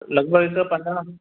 लॻभॻि ईंदो पंद्रहां